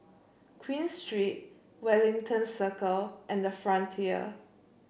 Queen Street Wellington Circle and the Frontier